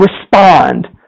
respond